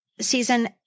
season